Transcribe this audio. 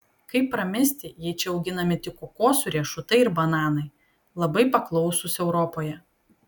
kaip pramisti jei čia auginami tik kokosų riešutai ir bananai labai paklausūs europoje